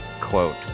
quote